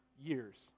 years